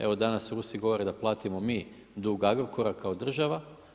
Evo danas Rusi govore da platimo mi dug Agrokora kao država.